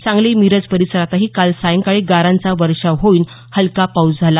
सांगली मिरज परिसरात काल सायंकाळी गारांचा वर्षाव होऊन हलका पाऊस झाला